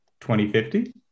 2050